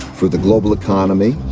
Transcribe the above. for the global economy,